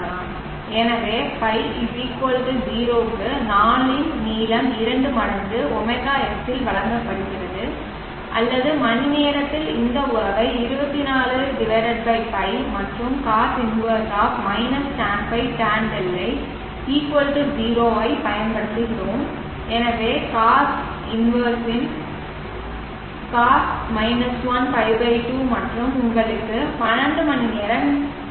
எனவே ϕ 0 க்கு நாளின் நீளம் இரண்டு மடங்கு ωs ஆல் வழங்கப்படுகிறது அல்லது மணிநேரத்தில் இந்த உறவை 24 π மற்றும் cos 1 tan ϕ tan δ 0 ஐப் பயன்படுத்துகிறோம் எனவே co இன் cos 1 π 2 மற்றும் உங்களுக்கு 12 மணி நேரம் கிடைக்கும்